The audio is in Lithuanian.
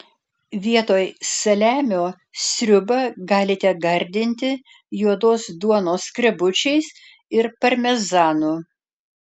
vietoj saliamio sriubą galite gardinti juodos duonos skrebučiais ir parmezanu